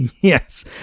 yes